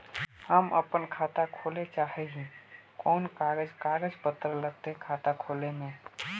हम अपन खाता खोले चाहे ही कोन कागज कागज पत्तार लगते खाता खोले में?